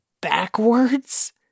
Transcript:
backwards